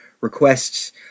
requests